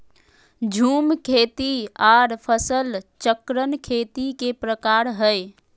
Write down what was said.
झूम खेती आर फसल चक्रण खेती के प्रकार हय